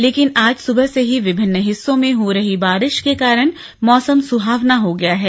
लेकिन आज सुबह से ही विभिन्न हिस्सों में हो रही बारिश के कारण मौसम सुहावना हो गया है